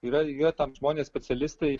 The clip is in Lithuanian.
yra jie tam žmonės specialistai